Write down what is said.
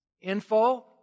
info